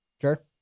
Sure